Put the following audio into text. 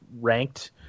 ranked